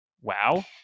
Wow